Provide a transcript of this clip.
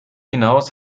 hinaus